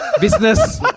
business